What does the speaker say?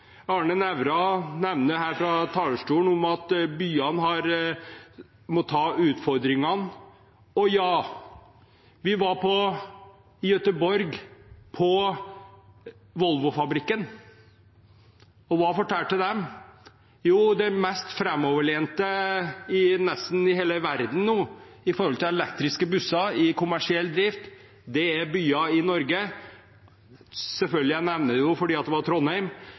Arne Nævra nevner fra talerstolen at byene må ta utfordringene. Vi var på Volvo-fabrikken i Göteborg, og hva fortalte de? Jo, de mest framoverlente – nesten – i hele verden når det gjelder elektriske busser i kommersiell drift, er byer i Norge. Selvfølgelig nevner jeg det fordi det var Trondheim,